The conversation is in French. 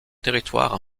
territoire